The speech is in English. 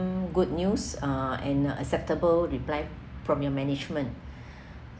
good news uh and a acceptable reply from your management